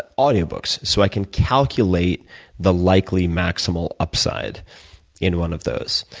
audiobooks. so i can calculate the likely maximal upside in one of those.